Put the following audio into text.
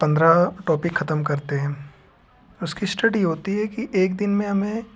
पन्द्रह टॉपिक खतम करते हैं उसकी स्टडी होती है कि एक दिन में हमें